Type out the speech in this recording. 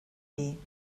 dir